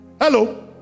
Hello